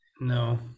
No